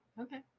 Okay